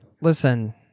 listen